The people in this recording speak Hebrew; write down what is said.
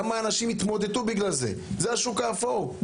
כמה אנשים התמוטטו בגלל זה, זה השוק האפור.